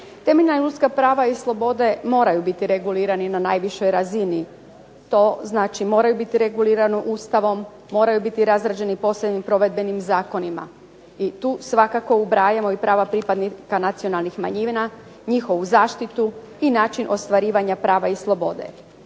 Temeljna ljudska prava i slobode moraju biti regulirani na najvišoj razini. To znači moraju biti regulirani Ustavom moraju biti razrađeni posebnim provedbenim zakonima i tu svakako ubrajamo prava nacionalnih manjina, njihovu zaštitu i način ostvarivanja prava i slobode.